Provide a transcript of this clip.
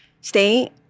stay